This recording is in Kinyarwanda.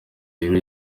rero